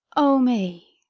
o me!